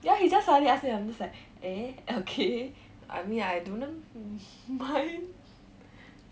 ya he just suddenly ask me and I'm just like eh okay I mean I don't mind